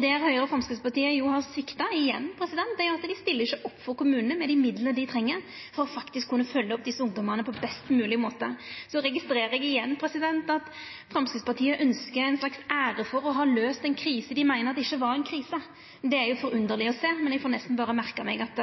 Der har Høgre og Framstegspartiet svikta igjen ved at dei ikkje stiller opp for kommunane med dei midlane dei treng for faktisk å kunna følgja opp desse ungdommane på best mogleg måte. Eg registrerer igjen at Framstegspartiet ynskjer ei slags ære for å ha løyst ei krise dei ikkje meiner var noka krise. Det er underleg å sjå, men eg må nesten berre merka meg at